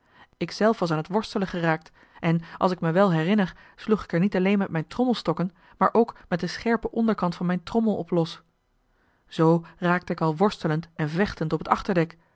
zelf was aan t worstelen geraakt en als ik mij wel herinner sloeg ik er niet alleen met mijn trommelstokken maar ook met den scherpen onderkant van mijn trommel op los zoo raakte ik al worstelend en vechtend op t achterdek